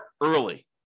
early